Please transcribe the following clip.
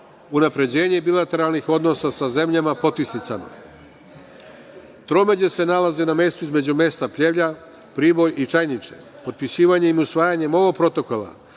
unapređenje bilateralnih odnosa sa zemljama potpisnicama. Tromeđe se nalaze na mestu između mesta Pljevlja, Priboj i Čajniče. Potpisivanjem i usvajanjem ovog protokola